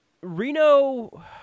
Reno